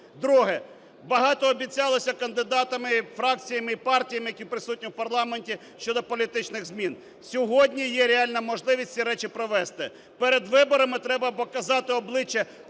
Друге. Багато обіцялося кандидатами, фракціями і партіями, які присутні в парламенті, щодо політичних змін. Сьогодні є реальна можливість ці речі провести. Перед виборами треба показати обличчя